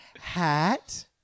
hat